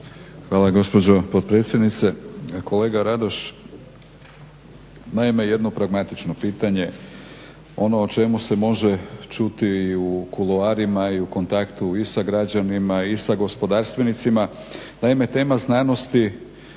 Hvala gospođo potpredsjednice. Kolega Radoš, naime jedno pragmatično pitanje ono o čemu se može čuti i u kuloarima i u kontaktu i sa građanima i sa gospodarstvenicima, naime tema znanosti,